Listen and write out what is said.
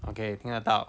okay 听得到